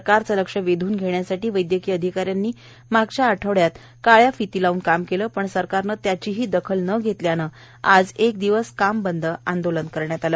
सरकारचे लक्ष वेधण्यासाठी वैद्यकीय अधिकाऱ्यांनी मागचा आठवडा काळ्या फिती लावून काम केलं पण सरकारनं त्याचीही दखल न घेतल्यान आज एक दिवस काम बंद आंदोलन सुरू केलं